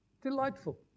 Delightful